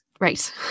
Right